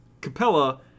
Capella